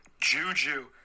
juju